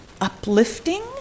uplifting